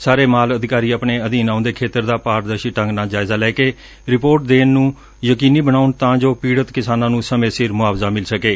ਸਾਰੇ ਮਾਲ ਅਧਿਕਾਰੀ ਆਪਣੇ ਅਧੀਨ ਆਉਂਦੇ ਖੇਤਰ ਦਾ ਪਾਰਦਰਸੀ ਢੰਗ ਨਾਲ ਜਾਇਜ਼ਾ ਲੈ ਕੇ ਰਿਪੋਰਟ ਦੇਣ ਨੂੰ ਯਕੀਨੀ ਬਣਾਉਣ ਤਾਂ ਜੋ ਪੀੜਤ ਕਿਸਾਨਾਂ ਨੂੰ ਸਮੇਂ ਸਿਰ ਮੁਆਵਜਾ ਮਿਲ ਸਕੇ